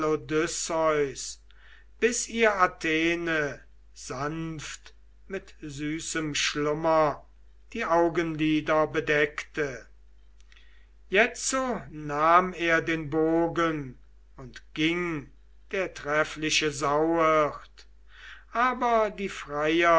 ihr athene sanft mit süßem schlummer die augenlider bedeckte jetzo nahm er den bogen und ging der treffliche sauhirt aber die freier